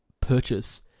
purchase